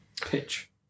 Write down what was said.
pitch